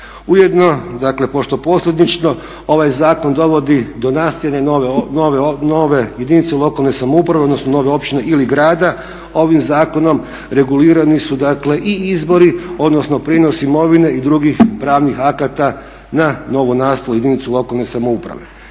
Ujedno, dakle pošto posljedično ovaj zakon dovodi do nastajanja nove jedinice lokalne samouprave odnosno nove općine ili grada ovim zakonom regulirani su dakle i izbori odnosno prinos imovine i drugih pravnih akata na novonastalu jedinicu lokalne samouprave.